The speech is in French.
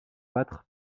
battre